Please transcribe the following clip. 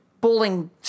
bowling